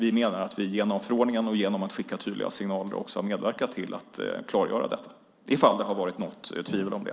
Vi menar att vi genom förordningen och genom att skicka tydliga signaler också har medverkat till att klargöra detta, om det har varit något tvivel om det.